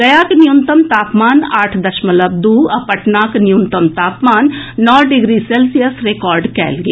गयाक न्यूनतम तापमान आठ दशमलव दू आ पटनाक न्यूनतम तापमान नओ डिग्री सेल्सियस रिकॉर्ड कयल गेल